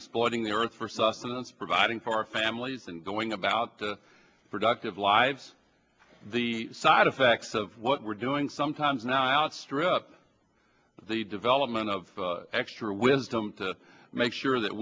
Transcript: exploiting the earth for sustenance providing for our families and going about productive lives the side effects of what we're doing sometimes now outstrip the development of extra wisdom to make sure that